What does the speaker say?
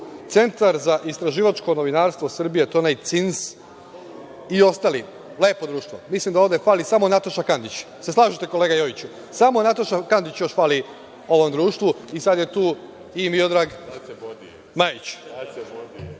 „Centar za istraživačko novinarstvo“, to je onaj CINS i ostali. Lepo društvo. Mislim da ovde fali samo Nataša Kandić. Jel se slažete, kolega Jojiću? Samo Nataša Kandić još fali ovom društvu i sad je tu i Miodrag Majić. Iz